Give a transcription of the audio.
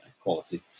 quality